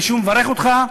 אני שוב מברך אותך.